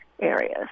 areas